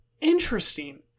interesting